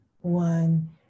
one